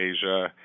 Asia